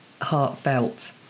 heartfelt